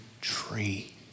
tree